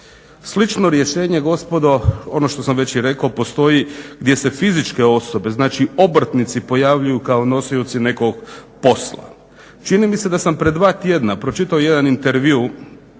Slično rješenje gospodo ono što sam već i rekao postoji gdje se fizičke osobe, znači obrtnici pojavljuju kao nosioci nekog posla. Čini mi se da sam pred dva tjedna pročitao jedan intervju